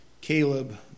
Caleb